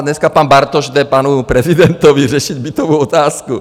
Dneska pan Bartoš jde k panu prezidentovi řešit bytovou otázku.